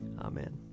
Amen